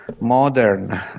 modern